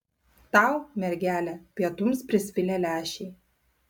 tau mergele pietums prisvilę lęšiai